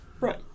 right